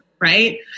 right